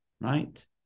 Right